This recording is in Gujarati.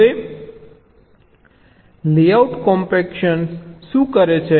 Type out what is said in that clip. હવે લેઆઉટ કોમ્પેક્ટર શું કરે છે